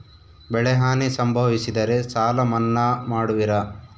ಬೆಳೆಹಾನಿ ಸಂಭವಿಸಿದರೆ ಸಾಲ ಮನ್ನಾ ಮಾಡುವಿರ?